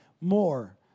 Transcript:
more